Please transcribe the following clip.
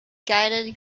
guided